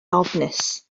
ofnus